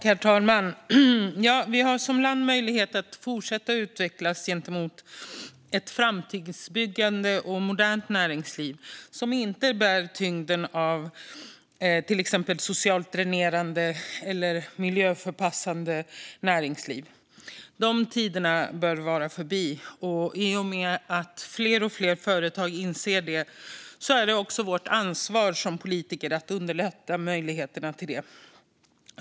Herr talman! Vi har som land möjlighet att fortsätta att utvecklas mot ett framtidsbyggande och modernt näringsliv som inte bär tyngden av till exempel ett socialt dränerande eller miljöförpassande näringsliv. De tiderna bör vara förbi. I och med att allt fler företag inser det är det också vårt ansvar som politiker att underlätta möjligheterna till det.